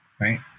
right